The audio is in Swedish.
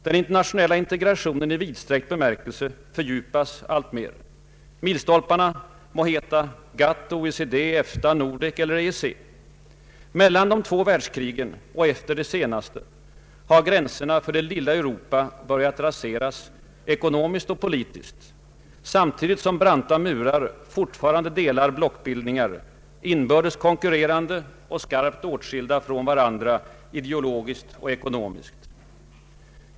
Den internationella integrationen i vidsträckt bemärkelse fördjupas alltmer, milstolparna må heta GATT, OECD, EFTA, Nordek eller EEC. Mellan de två världskrigen och efter det senaste har gränserna för det lilla Europa börjat raseras ekonomiskt och politiskt, samtidigt som branta murar fortfarande delar blockbildningar, inbördes konkurrerande och skarpt åtskilda från varandra ideologiskt och ekonomiskt.